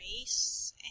race